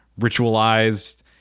ritualized